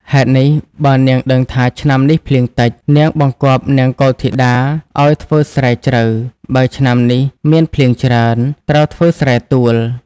ហេតុនេះបើនាងដឹងថា ឆ្នាំនេះភ្លៀងតិច នាងបង្គាប់នាងកុលធីតាឲ្យធ្វើស្រែជ្រៅ បើឆ្នាំនេះ មានភ្លៀងច្រើន ត្រូវធ្វើស្រែទួល។